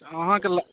अहाँकेँ